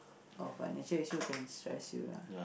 oh financial issues can stress you ah